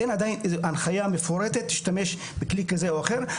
אין עדיין הנחיה מפורטת להשתמש בכלי כזה או אחר.